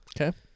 Okay